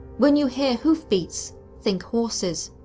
when you hear hoofbeats, think horses,